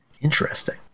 Interesting